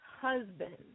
husband